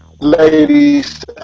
Ladies